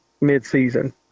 mid-season